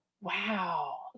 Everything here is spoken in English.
Wow